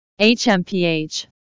HMPH